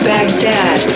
Baghdad